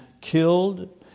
killed